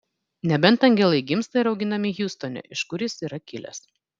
nebent angelai gimsta ir auginami hjustone iš kur jis yra kilęs